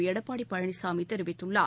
எடப்பாடி பழனிசாமி தெரிவித்துள்ளார்